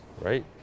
right